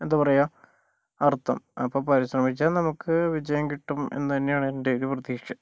എന്താ പറയുക അർത്ഥം അപ്പോൾ പരിശ്രമിച്ചാൽ നമുക്ക് വിജയം കിട്ടും എന്നു തന്നെയാണ് എന്റെ ഒരു പ്രതീക്ഷ